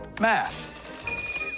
math